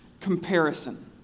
comparison